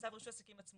בצו רישוי עסקים הוא